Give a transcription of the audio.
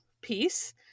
piece